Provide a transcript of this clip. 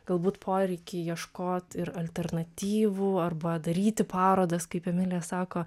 galbūt poreikį ieškot ir alternatyvų arba daryt parodas kaip emilija sako